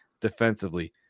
defensively